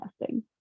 testing